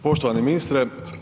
Poštovani ministre.